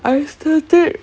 I used to